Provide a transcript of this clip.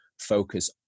Focus